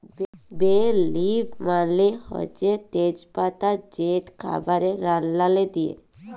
বে লিফ মালে হছে তেজ পাতা যেট খাবারে রাল্লাল্লে দিই